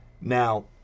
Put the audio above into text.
Now